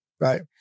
Right